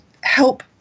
help